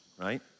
right